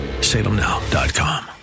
salemnow.com